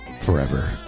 forever